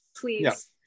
please